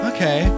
Okay